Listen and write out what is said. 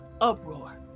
uproar